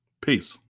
Peace